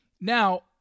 now